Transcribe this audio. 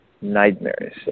nightmares